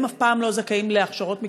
הם אף פעם לא זכאים להכשרות מקצועיות.